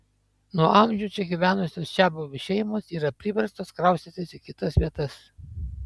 nuo amžių čia gyvenusios čiabuvių šeimos yra priverstos kraustytis į kitas vietas